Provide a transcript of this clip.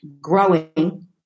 growing